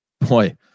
Boy